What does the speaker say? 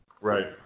Right